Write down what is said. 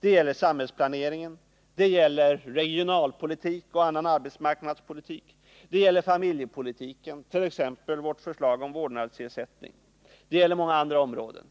Det gäller samhällsplaneringen, det gäller regionalpolitik och annan arbetsmarknadspolitik, det gäller familjepolitiken, t.ex. vårt förslag om vårdnadsersättning, och det gäller många andra områden.